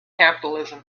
capitalism